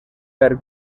per